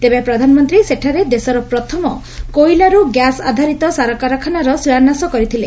ତେବେ ପ୍ରଧାନମନ୍ତୀ ସେଠାରେ ଦେଶର ପ୍ରଥମ କୋଇଲାରୁ ଗ୍ୟାସ୍ ଆଧାରିତ ସାରକାରଖାନାର ଶିଳାନ୍ୟାସ କରିଥିଲେ